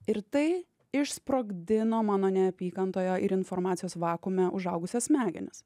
ir tai išsprogdino mano neapykantoje ir informacijos vakuume užaugusias smegenis